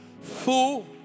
full